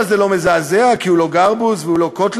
אבל זה לא מזעזע כי הוא לא גרבוז והוא לא קוטלר.